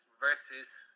versus